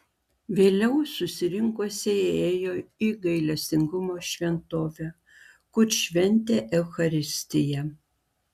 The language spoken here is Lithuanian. vėliau susirinkusieji ėjo į gailestingumo šventovę kur šventė eucharistiją